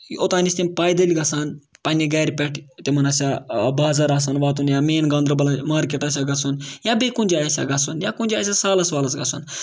اوتانۍ ٲسۍ تِم پیدٔل گژھان پَنٕنہِ گرِ پٮ۪ٹھ تِمن آسہِ ہا بازر واتُن یا مین گاندربل مارکیٹ آسیکھ گژھُن یا بیٚیہِ کُنہِ جایہِ آسیکھ گژھُن یا کُنہِ جایہِ آسیکھ سالس والَس گژھُن